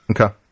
okay